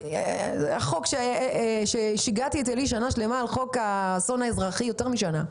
בחוק על האסונות האזרחיים שיגעתי את עלי יותר משנה,